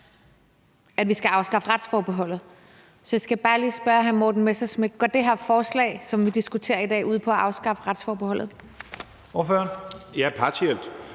at vi skal afskaffe retsforbeholdet. Så jeg skal bare lige spørge hr. Morten Messerschmidt: Går det her forslag, som vi diskuterer i dag, ud på at afskaffe retsforbeholdet?